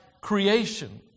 creation